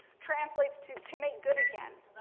translates to, to make good again,